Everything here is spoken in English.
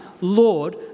Lord